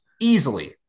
Easily